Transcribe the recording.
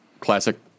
Classic